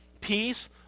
peace